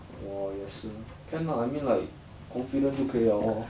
我也是 can lah I mean like confident 就可以 liao lor